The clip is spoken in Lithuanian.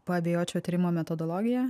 paabejočiau tyrimo metodologija